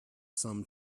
some